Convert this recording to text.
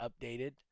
updated